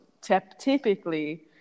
typically